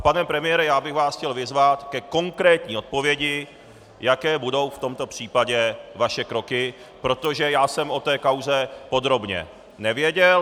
Pane premiére, já bych vás chtěl vyzvat ke konkrétní odpovědi, jaké budou v tomto případě vaše kroky, protože já jsem o té kauze podrobně nevěděl.